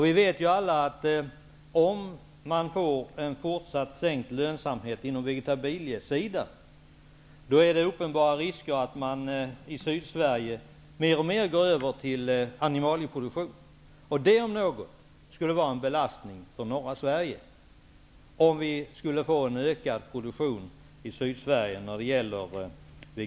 Vi vet ju alla att en fortsatt sänkning av lönsamheten inom vegetabiliesidan medför uppenbara risker för att man i Sydsverige mer och mer går över till animalieproduktion, och det om något skulle vara en belastning för norra Sverige.